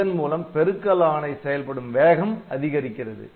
இதன் மூலம் பெருக்கல் ஆணை செயல்படும் வேகம் அதிகரிக்கிறது